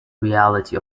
reality